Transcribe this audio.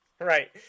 Right